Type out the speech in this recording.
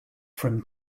from